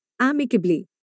amicably